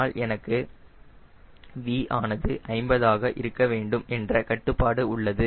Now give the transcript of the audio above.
ஆனால் எனக்கு V ஆனது 50 ஆக இருக்க வேண்டும் என்ற கட்டுப்பாடு உள்ளது